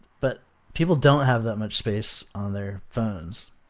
but people don't have that much space on their phones.